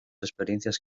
experiencias